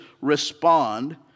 respond